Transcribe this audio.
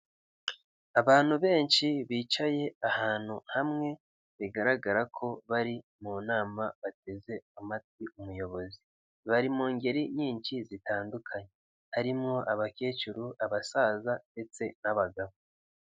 Abantu benshi bicaye ahantu hamwe bigaragara ko bari mu nama bateze amatwi umuyobozi. Bari mu ngeri nyinshi zitandukanye harimo abakecuru, abasaza, ndetse n'abagabo.